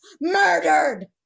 murdered